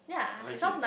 I like it